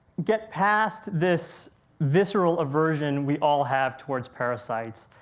get past this visceral aversion we all have towards parasites,